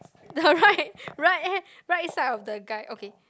the right right hand right side of the guy okay